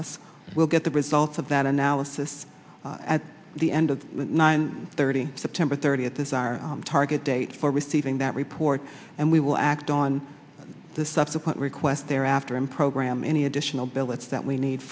us we'll get the results of that analysis at the end of nine thirty september thirtieth is our target date for receiving that report and we will act on the subsequent requests thereafter and program any additional billets that we need